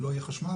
לא יהיה חשמל?